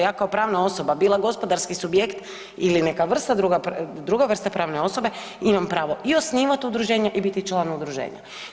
Ja kao pravna osoba bila gospodarski subjekt ili neka vrsta druga, druga vrsta pravne osobe imam pravo i osnivati udruženja i biti član udruženja.